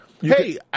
Hey